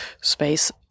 space